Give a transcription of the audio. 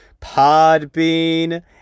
Podbean